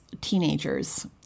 teenagers